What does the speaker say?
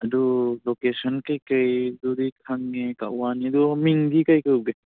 ꯑꯗꯨ ꯂꯣꯀꯦꯁꯟ ꯀꯔꯤ ꯀꯔꯤꯗꯨꯗꯤ ꯈꯪꯉꯦ ꯀꯛꯋꯥꯅꯤ ꯑꯗꯨ ꯃꯤꯡꯗꯤ ꯀꯔꯤ ꯀꯧꯒꯦ